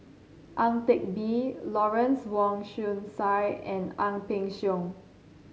Ang Teck Bee Lawrence Wong Shyun Tsai and Ang Peng Siong